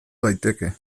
daiteke